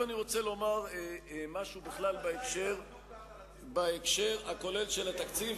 עכשיו אני רוצה לומר משהו בהקשר הכולל של התקציב,